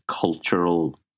cultural